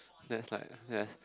that's like yes